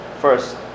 first